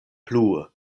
plu